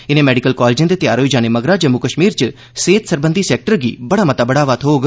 इनें मैडिकल कालेजें दे तैयार होई जाने मगरा जम्मू कश्मीर च सेहत सरबंधी सैक्टर गी बड़ा मता बढ़ावा थ्होग